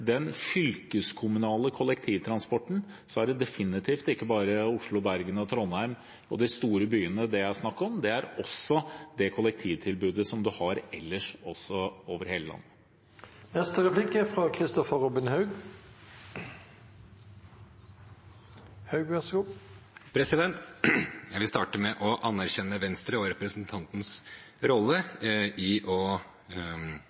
den fylkeskommunale kollektivtransporten, er det definitivt ikke bare snakk om Oslo, Bergen, Trondheim og de store byene det er snakk om, det er også det kollektivtilbudet man har ellers i hele landet. Jeg vil starte med å anerkjenne Venstre og representantens rolle i å starte den gode elbilpolitikken som vi har i landet, og